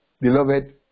Beloved